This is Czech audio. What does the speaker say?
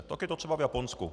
Tak je to třeba v Japonsku.